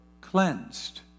cleansed